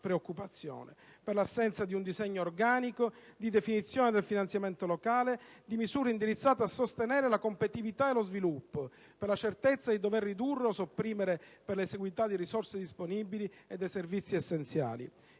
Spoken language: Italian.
preoccupazione per l'assenza di un disegno organico di definizione del finanziamento locale e di misure indirizzate a sostenere la competitività e lo sviluppo, oltre che per la certezza di dover ridurre o sopprimere, per l'esiguità di risorse disponibili, dei servizi essenziali.